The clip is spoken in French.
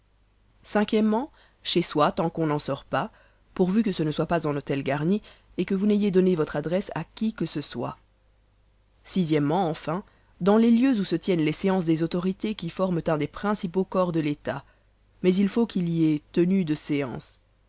o chez soi tant qu'on n'en sort pas pourvu que ce ne soit pas en hôtel garni et que vous n'ayez donné votre adresse à qui que ce soit o enfin dans les lieux où se tiennent les séances des autorités qui forment un des principaux corps de l'état mais il faut qu'il y ait tenue de séance